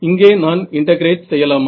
இங்கே நான் இன்டெகிரேட் செய்யலாமா